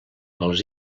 els